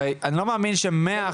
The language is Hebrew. הרי אני לא מאמין ש-100%.